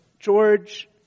George